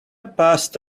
passed